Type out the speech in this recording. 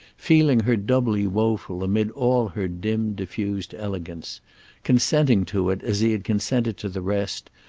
feeling her doubly woeful amid all her dim diffused elegance consenting to it as he had consented to the rest,